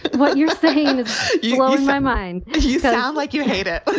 what you're saying is you lost my mind. you sound like you hate it,